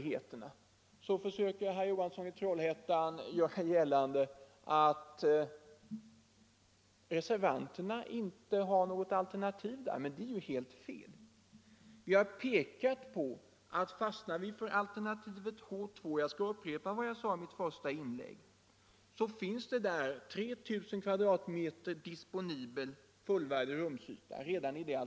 Herr Johansson i Trollhättan försöker göra gällande att reservanterna inte har något alternativ när det gäller expansionsmöjligheterna. Det är helt fel. Vi har pekat på att om vi fastnar för alternativet H 2 — jag skall upprepa vad jag sade i mitt första inlägg — så finns där 3 000 m? disponibel fullvärdig rumsyta.